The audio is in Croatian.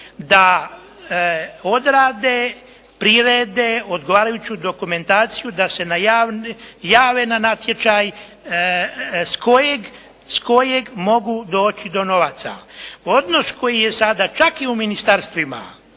da odrade, prirede odgovarajuću dokumentaciju da se jave na natječaj s kojeg mogu doći do novaca. Odnos koji je sada čak i u ministarstvima